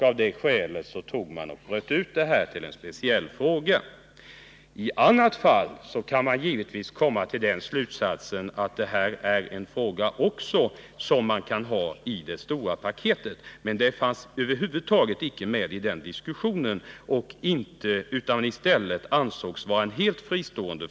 Av det skälet bröt man ut denna fråga från de övriga. Det kan också hävdas att denna fråga skulle ha kunnat behandlas i samband med det stora paketet av kyrkliga frågor. Den tanken framfördes dock över huvud taget inte i diskussionen, utan det ansågs att detta ärende skulle behandlas som helt fristående.